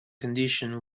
condition